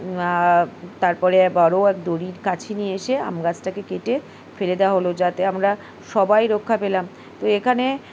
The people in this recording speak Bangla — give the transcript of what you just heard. তারপরে বড় এক দড়ির কাছি নিয়ে এসে আম গাছটাকে কেটে ফেলে দেওয়া হলো যাতে আমরা সবাই রক্ষা পেলাম তো এখানে